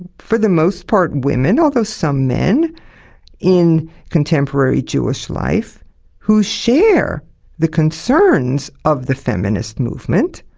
and for the most part women although some men in contemporary jewish life who share the concerns of the feminist movement,